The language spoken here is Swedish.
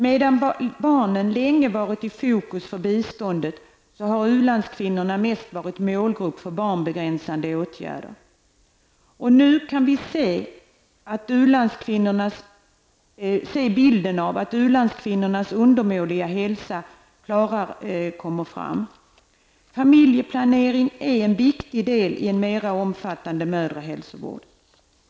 Medan barnen länge varit i fokus för biståndet, har u-landskvinnorna mest varit målgrupp för barnbegränsande åtgärder. Nu träder bilden av u-landskvinnornas undermåliga hälsa klarare fram. Familjeplanering är en viktig del i en mer omfattande mödrahälsovård.